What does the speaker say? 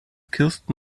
kirsten